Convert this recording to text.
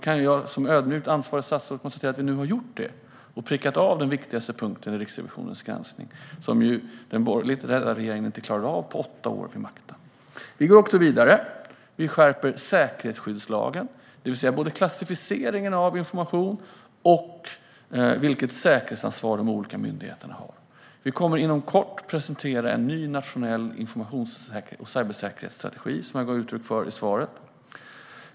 Jag kan som ödmjukt ansvarigt statsråd konstatera att vi nu har gjort detta och därmed prickat av den viktigaste punkten i Riksrevisionens granskning, vilket den borgerligt ledda regeringen inte klarade av under åtta år vid makten. Vi går också vidare. Vi skärper säkerhetsskyddslagen, det vill säga både klassificeringen av information och vilket säkerhetsansvar de olika myndigheterna har. Vi kommer inom kort att presentera en ny nationell informations och cybersäkerhetsstrategi, vilket jag gav uttryck för i svaret.